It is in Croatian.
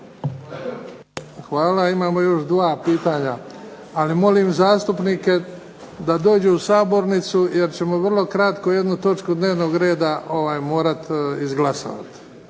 Hvala. Imamo još dva pitanja, ali molim zastupnike da dođu u sabornicu jer ćemo vrlo kratko jednu točku dnevnog reda morati izglasovati,